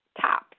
top